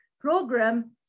program